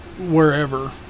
wherever